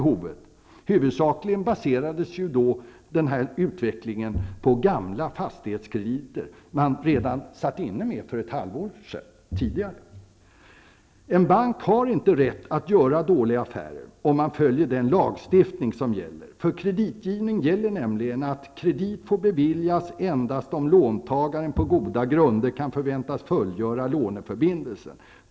Huvudsakligen baserades den här utvecklingen på gamla fastighetskrediter som man satt inne med redan ett halvår tidigare. En bank har inte rätt att göra dåliga affärer, om gällande lagstiftning följs. För kreditgivning gäller nämligen att ''kredit får beviljas endast om låntagaren på goda grunder kan förväntas fullgöra låneförbindelsen.